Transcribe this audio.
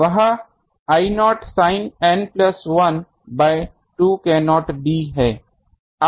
वह I0 sin n plus 1 by 2 k0 d है